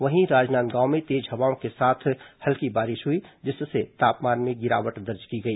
वहीं राजनांदगांव में तेज हवाओं के साथ हल्की बारिश हुई जिससे तापमान में गिरावट दर्ज की गई